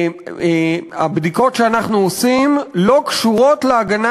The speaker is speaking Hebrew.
הבדיקות שאנחנו עושים לא קשורות להגנה